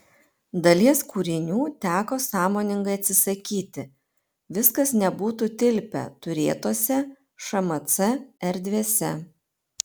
dalies kūrinių teko sąmoningai atsisakyti viskas nebūtų tilpę turėtose šmc erdvėse